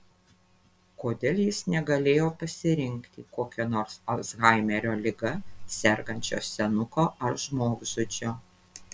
kodėl jis negalėjo pasirinkti kokio nors alzhaimerio liga sergančio senuko ar žmogžudžio